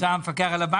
כן.